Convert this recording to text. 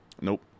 Nope